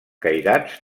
cairats